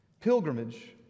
pilgrimage